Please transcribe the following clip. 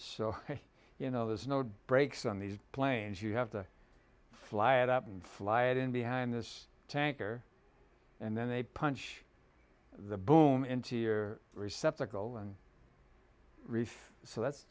so you know there's no brakes on these planes you have to fly it up and fly it in behind this tanker and then they punch the boom into your very sceptical and reef so that's